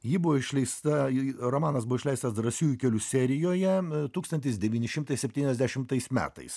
ji buvo išleista romanas buvo išleistas drąsiųjų kelių serijoje tūkstantis devyni šimtai septyniasdešimtais metais